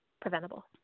preventable